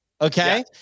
Okay